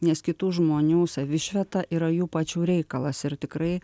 nes kitų žmonių savišvieta yra jų pačių reikalas ir tikrai